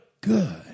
Good